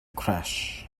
crash